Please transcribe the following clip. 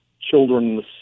children